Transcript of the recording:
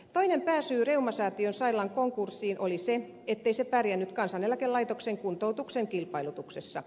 toinen pääsyy reumasäätiön sairaalan konkurssiin oli se ettei se pärjännyt kansaneläkelaitoksen kuntoutuksen kilpailutuksessa